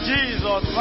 Jesus